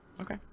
Okay